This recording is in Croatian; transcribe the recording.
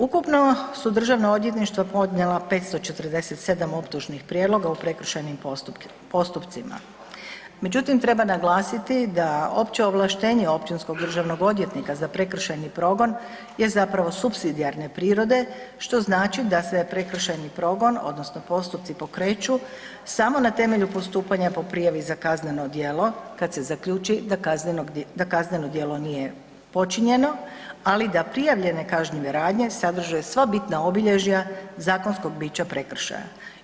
Ukupno su državna odvjetništva podnijela 547 optužnih prijedloga u prekršajnim postupcima, međutim, treba naglasiti da opće ovlaštenje općinskog državnog odvjetnika za prekršajni progon je zapravo supsidijarne prirode što znači da se prekršajni progon odnosno postupci pokreću samo na temelju postupanja po prijavi za kazneno djelo kad se zaključi da kazneno djelo nije počinjeno ali da prijavljene kažnjive radnje sadrže sva bitna obilježja zakonskog bića prekršaja.